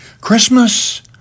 Christmas